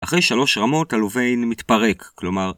אחרי שלוש רמות הלוביין מתפרק, כלומר...